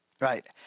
Right